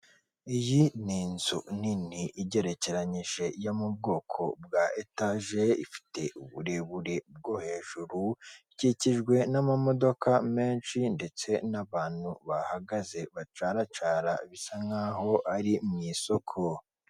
Iyi ni inzu nini igerekenyije yo mu bwoko bwa etaje, ifite uburebure bwo hejuru, ikikijwe n'amamodoka menshi ndetse n'abantu bahagaze bacaracara bisa naho ari mu isoko.